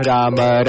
Rama